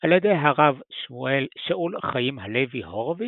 על ידי הרב שאול חיים הלוי הורוביץ,